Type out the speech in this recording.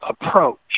approach